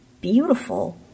beautiful